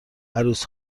عروس